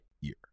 year